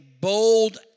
bold